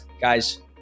Guys